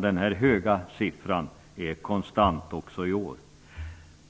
Den här höga siffran är konstant också i år.